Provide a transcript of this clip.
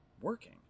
working